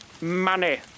Money